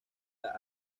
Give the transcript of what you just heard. las